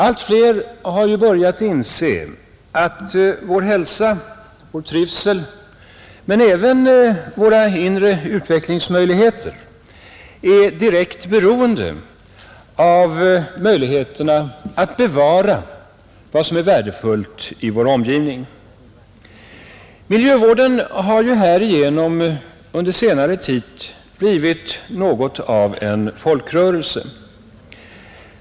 Allt fler har börjat inse att vår hälsa, vår trivsel men även våra inre utvecklingsmöjligheter är direkt beroende av att vi kan bevara vad som är värdefullt i vår omgivning. Miljövården har härigenom under senare tid blivit något av en folkrörelse.